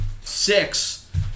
six